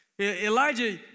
Elijah